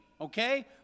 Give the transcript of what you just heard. Okay